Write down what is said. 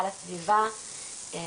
על הסביבה,